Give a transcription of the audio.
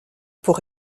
pour